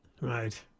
Right